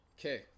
okay